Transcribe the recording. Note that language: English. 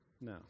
No